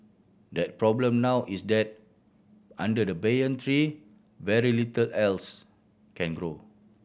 the problem now is that under the banyan tree very little else can grow